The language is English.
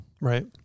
Right